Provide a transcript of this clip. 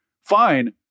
fine